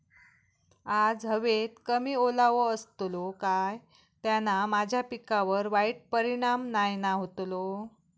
आज हवेत कमी ओलावो असतलो काय त्याना माझ्या पिकावर वाईट परिणाम नाय ना व्हतलो?